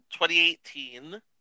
2018